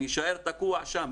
יישאר תקוע שם,